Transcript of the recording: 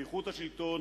איכות השלטון,